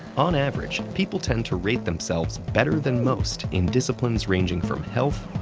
on average, people tend to rate themselves better than most in disciplines ranging from health,